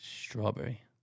Strawberry